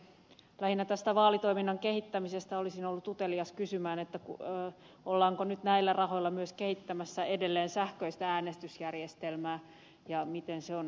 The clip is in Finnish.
lähinnä tästä vaalitoiminnan kehittämisestä olisin ollut utelias kysymään ollaanko nyt näillä rahoilla myös kehittämässä edelleen sähköistä äänestysjärjestelmää ja miten se on etenemässä